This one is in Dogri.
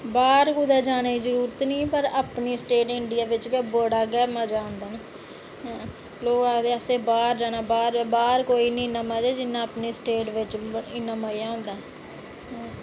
बाहर कुदै जाने दी जरूरत निं पर अपनी स्टेट इंडिया बिच गै बड़ा मज़ा औंदा लोक आखदे असें बाहर जाना बाहर जाना बाहर कोई निं मज़ा जिन्ना मज़ा अपनी स्टेट बिच होंदा ऐ